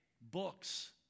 books